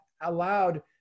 allowed